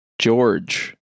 George